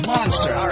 Monster